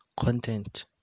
content